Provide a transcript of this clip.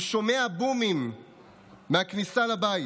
הוא שומע בומים מהכניסה לבית.